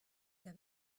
que